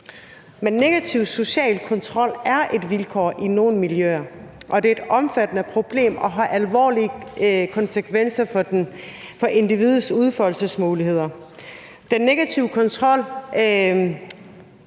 Men negativ social kontrol er et vilkår i nogle miljøer, og det er et omfattende problem, som har alvorlige konsekvenser for individets udfoldelsesmuligheder. Den negative sociale